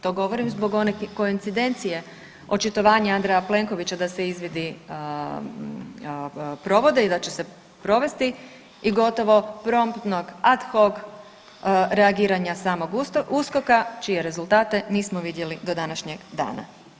To govorim zbog one koecidencije očitovanja Andreja Plenkovića da se izvidi provode i da će se provesti i gotovo promptnog ad hoc reagiranja samog USKOK-a čije rezultate nismo vidjeli do današnjeg dana.